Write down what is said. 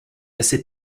assez